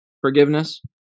forgiveness